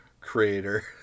creator